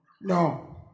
No